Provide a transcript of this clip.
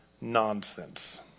nonsense